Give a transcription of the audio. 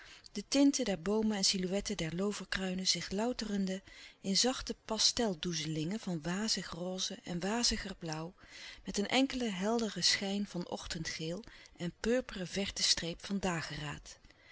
de tinten der boomen en silhouetten der looverkruinen zich louterende in zachte pastel doezelingen van wazig roze en waziger blauw met een enkelen helleren schijn van ochtendgeel en purperen verte streep van dageraad